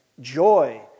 joy